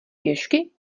pěšky